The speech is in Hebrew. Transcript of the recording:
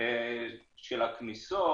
של הכניסות,